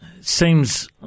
seems